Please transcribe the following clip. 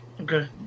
Okay